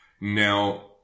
Now